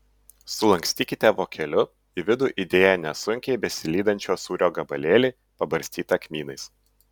sulankstykite vokeliu į vidų įdėję nesunkiai besilydančio sūrio gabalėlį pabarstytą kmynais